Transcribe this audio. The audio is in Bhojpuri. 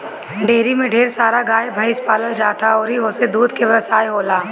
डेयरी में ढेर सारा गाए भइस पालल जात ह अउरी ओसे दूध के व्यवसाय होएला